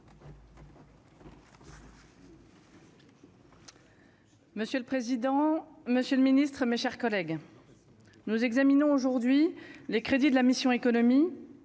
Monsieur le président, Monsieur le Ministre, mes chers collègues, nous examinons aujourd'hui les crédits de la mission, Économie